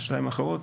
השתיים האחרות